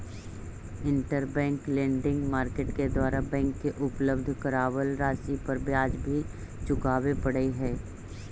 interbank lending market के द्वारा bank के उपलब्ध करावल राशि पर ब्याज भी चुकावे पड़ऽ हइ